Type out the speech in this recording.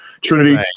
Trinity